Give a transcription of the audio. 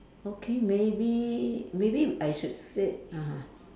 okay maybe maybe I should said ah